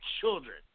children